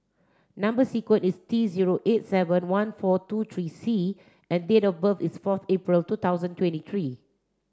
number sequence is T zero eight seven one four two three C and date of birth is fourth April two thousand twenty three